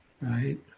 right